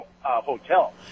hotel